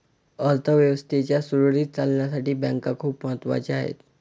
अर्थ व्यवस्थेच्या सुरळीत चालण्यासाठी बँका खूप महत्वाच्या आहेत